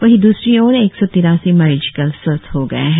वहीं द्रसरी और एक सौ तिरासी मरीज कल स्वस्थ हो गए है